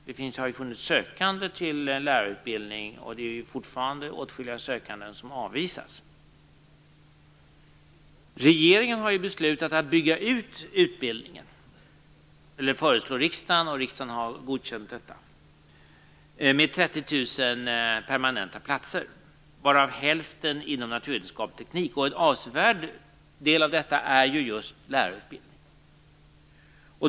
Det har funnits sökande till lärarutbildning, och fortfarande avvisas åtskilliga sökande. Regeringen har ju föreslagit riksdagen en utbyggnad av utbildningen med 30 000 permanenta platser, och riksdagen har godkänt detta. Hälften av dessa avser naturvetenskap och teknik, och en avsevärd del av detta är just lärarutbildning.